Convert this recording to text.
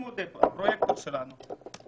הפרויקטור שלנו מודה פה בזה.